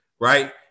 right